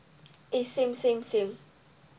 eh same same same